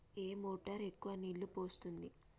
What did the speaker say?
ఏ motor ఎక్కువ నీళ్లు పోస్తుంది?